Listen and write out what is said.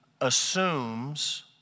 assumes